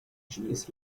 jeez